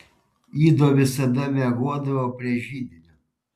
ido visada miegodavo prie židinio